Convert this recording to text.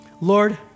Lord